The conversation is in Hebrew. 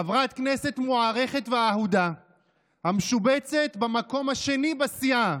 חברת כנסת מוערכת ואהודה המשובצת במקום השני בסיעה